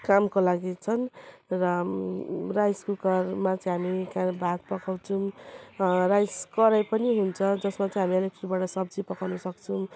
कामको लागि छन् र राइस कुकरमा चाहिँ हामी के अरे भात पकाउँछौँ राइस कराही पनि हुन्छ जसमा चाहिँ इलेक्ट्रीबाट सब्जी पकाउनसक्छौँ